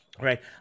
Right